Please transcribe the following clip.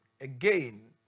again